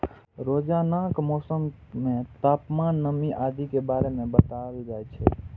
रोजानाक मौसम मे तापमान, नमी आदि के बारे मे बताएल जाए छै